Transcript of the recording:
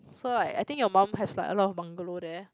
so right I think your mum has like a lot of bungalow there